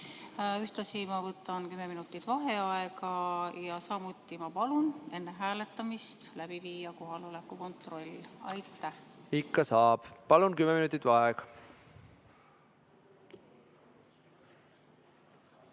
Ühtlasi võtan ma kümme minutit vaheaega ja samuti palun enne hääletamist läbi viia kohaloleku kontrolli. Ikka saab. Palun, kümme minutit vaheaega!V